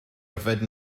yfed